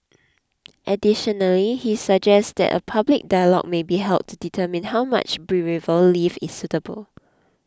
additionally he suggests that a public dialogue may be held to determine how much bereave leave is suitable